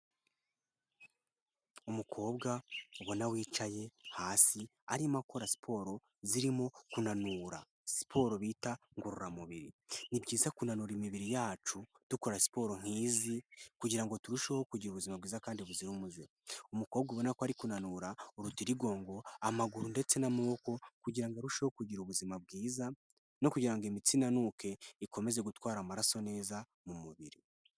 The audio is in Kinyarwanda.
Umukobwa ubona wicaye hasi arimo akora siporo zirimo kunanura, siporo bita ngororamubiri . Ni byiza kunanura imibiri yacu dukora siporo nk'izi kugira ngo turusheho kugira ubuzima bwiza kandi buzira umuze, umukobwa ubona ko ari kunanura urutirigongo, amaguru ndetse n'amaboko kugira ngo arusheho kugira ubuzima bwiza no kugira ngo imitsi inanuke ikomeze gutwara amaraso neza mu mubiri.